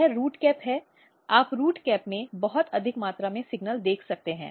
यह root cap है आप रूट कैप में बहुत अधिक मात्रा में सिग्नल देख सकते हैं